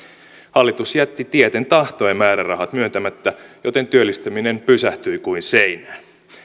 hallitus jätti tieten tahtoen määrärahat myöntämättä joten työllistäminen pysähtyi kuin seinään